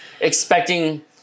expecting